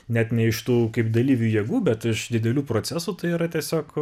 net ne iš tų kaip dalyvių jėgų bet iš didelių procesų tai yra tiesiog